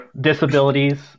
disabilities